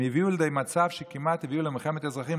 הם הביאו לידי מצב שכמעט הביאו למלחמת אזרחים,